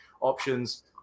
options